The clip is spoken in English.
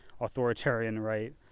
authoritarian-right